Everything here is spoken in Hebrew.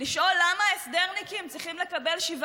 לשאול למה הסדרניקים צריכים לקבל 17